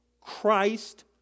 Christ